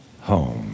home